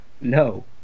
No